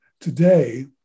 today